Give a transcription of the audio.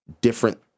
different